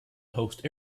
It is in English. host